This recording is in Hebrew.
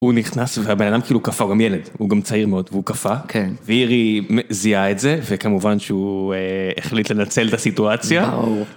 הוא נכנס והבן אדם כאילו קפא, הוא גם ילד, הוא גם צעיר מאוד, והוא קפא. כן. ואירי זיהה את זה, וכמובן שהוא החליט לנצל את הסיטואציה. ברור.